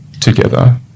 together